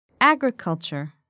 agriculture